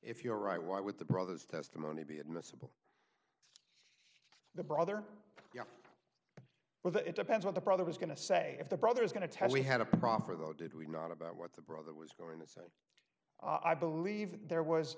if you're right why would the brother's testimony be admissible the brother yeah well it depends what the brother was going to say if the brother is going to tell we had a problem for though did we not about what the brother was going to say i believe there was